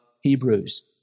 Hebrews